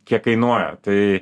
kiek kainuoja tai